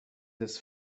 des